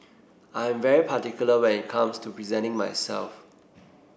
I am very particular when it comes to presenting myself